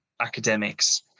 academics